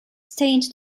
stained